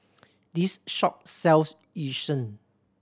this shop sells Yu Sheng